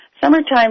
Summertime